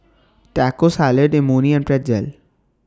Taco Salad Imoni and Pretzel